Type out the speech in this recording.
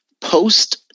post